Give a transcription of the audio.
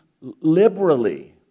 liberally